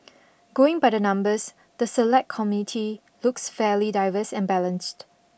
going by the numbers the Select Committee looks fairly diverse and balanced